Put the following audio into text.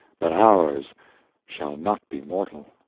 but ours shall not be mortal.